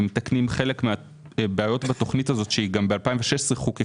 ומתקנים חלק מהבעיות בתכנית הזו שחוקקה